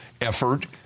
effort